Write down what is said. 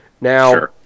Now